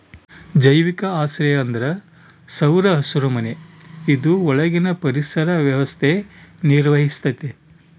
ಜೈವಿಕ ಆಶ್ರಯ ಅಂದ್ರ ಸೌರ ಹಸಿರುಮನೆ ಇದು ಒಳಗಿನ ಪರಿಸರ ವ್ಯವಸ್ಥೆ ನಿರ್ವಹಿಸ್ತತೆ